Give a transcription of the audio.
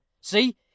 See